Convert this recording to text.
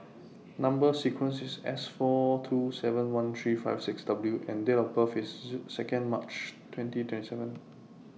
Number sequence IS S four two seven one three five six W and Date of birth IS Second March twenty twenty seven